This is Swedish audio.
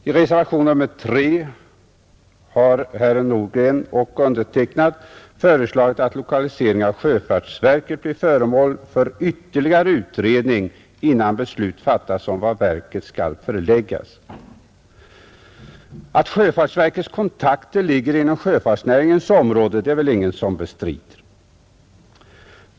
I reservation nr 3 har herr Nordgren och jag föreslagit att lokaliseringen av sjöfartsverket skall bli föremål för ytterligare utredning innan beslut fattas om var verket skall förläggas. Att sjöfartsverkets kontakter ligger inom sjöfartsnäringen är det väl ingen som bestrider.